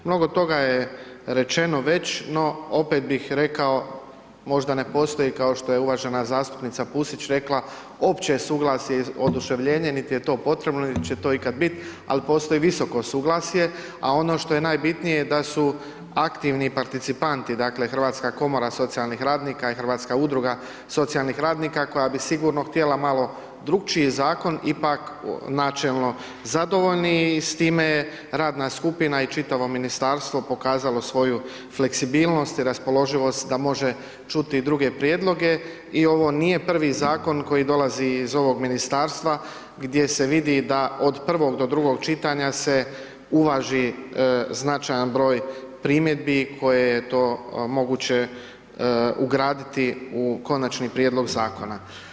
Mnogo toga je rečeno već, no opet bih rekao, možda ne postoji, kao što je uvažena zastupnica Pusić rekla opće suglasje, oduševljenje, nit je to potrebno niti će to ikad bit, al postoji visoko suglasje, a ono što je najbitnije da su aktivni participanti, dakle Hrvatska komora socijalnih radnika i Hrvatska udruga socijalnih radnika koja bi sigurno htjela malo drukčiji zakon ipak načelno zadovoljni i s time radna skupina i čitavo ministarstvo pokazalo svoju fleksibilnost i raspoloživost da može čuti i druge prijedloge i ovo nije prvi zakon koji dolazi iz ovog ministarstva gdje se vidi da od prvog do drugog čitanja se uvaži značajan broj primjedbi koje je eto moguće ugraditi u konačni prijedlog zakona.